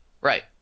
Right